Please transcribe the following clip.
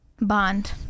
bond